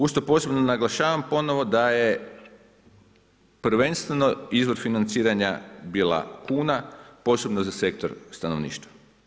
Uz to posebno naglašavam ponovno da je prvenstveno izvor financiranja bila kuna posebno za sektor stanovništva.